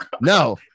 No